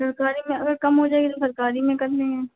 सरकारी में अगर कम हो जाएगा तो सरकारी में कर लेंगे